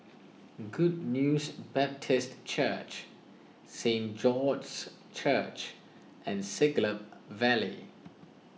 Good News Baptist Church Saint George's Church and Siglap Valley